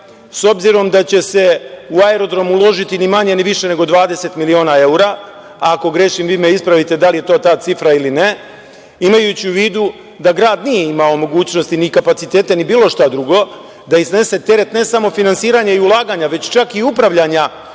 s obzirom da će se u aerodrom uložiti ni manje ni više nego 20 miliona evra, a ako grešim vi me ispravite, da li je to ta cifra ili ne, imajući u vidu da grad nije imao mogućnosti, ni kapacitete, ni bilo šta drugo, da iznese teret ne samo finansiranja i ulaganja, već čak i upravljanja